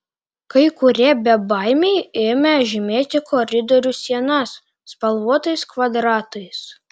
kai kurie bebaimiai ėmė žymėti koridorių sienas spalvotais kvadratais